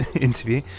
interview